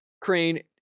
Crane